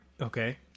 okay